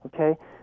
Okay